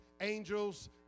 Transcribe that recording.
angels